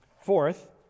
Fourth